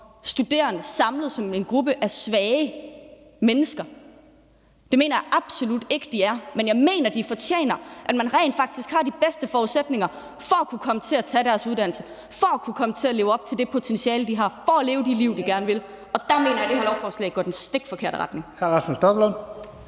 studerende som en gruppe af svage mennesker. Det mener jeg absolut ikke at de er, men jeg mener, de fortjener rent faktisk at have de bedste forudsætninger for at kunne komme til at tage deres uddannelse, for at kunne komme til at leve op til det potentiale, de har, og for at leve de liv, de gerne vil. Og der mener jeg, at det her lovforslag går i den helt forkerte retning.